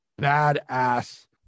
badass